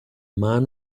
man